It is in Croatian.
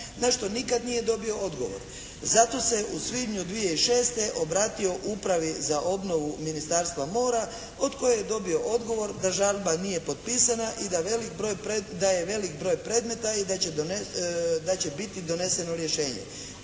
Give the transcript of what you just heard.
na što nikada nije dobio odgovor. Zato se u svibnju 2006. obratio upravi za obnovu Ministarstva mora od koje je dobio odgovor da žalba nije potpisana i da je velik broj predmeta i da će biti doneseno rješenje.